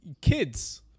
kids